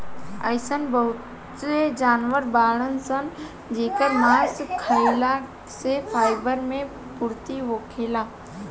अइसन बहुते जानवर बाड़सन जेकर मांस खाइला से फाइबर मे पूर्ति होखेला